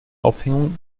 aufhängung